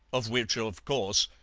of which, of course,